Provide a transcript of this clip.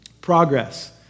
Progress